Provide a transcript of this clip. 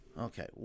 Okay